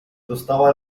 dostała